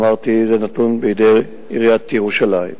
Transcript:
אמרתי שזה נתון בידי עיריית ירושלים.